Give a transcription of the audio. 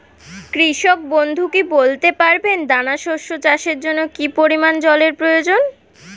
কৃষক বন্ধু কি বলতে পারবেন দানা শস্য চাষের জন্য কি পরিমান জলের প্রয়োজন?